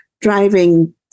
driving